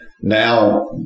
Now